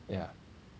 ya